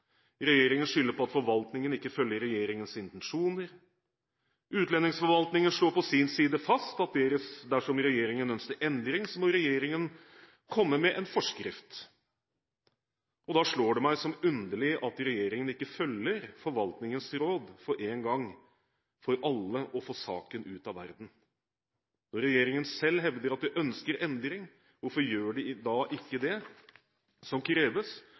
Regjeringen skylder på at forvaltningen ikke følger regjeringens intensjoner. Utlendingsforvaltningen slår på sin side fast at dersom regjeringen ønsker endring, må regjeringen komme med en forskrift. Da slår det meg som underlig at regjeringen ikke følger forvaltningens råd, for en gang for alle å få saken ut av verden. Regjeringen selv hevder at de ønsker endring. Hvorfor gjør de da ikke det som kreves